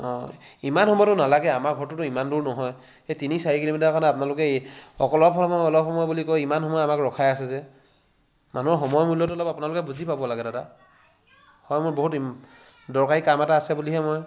অঁ ইমান সময়তো নালাগে আমাৰ ঘৰটোতো ইমান দূৰ নহয় এই তিনি চাৰি কিলোমিটাৰ কাৰণে আপোনালোকে অলপ সময় অলপ সময় বুলি কৈ ইমান সময় আমাক ৰখাই আছে যে মানুহৰ সময়ৰ মূল্যটো অলপ আপোনালোকে বুজি পাব লাগে দাদা হয় মোৰ বহুত ইম দৰকাৰী কাম আছে বুলিহে মই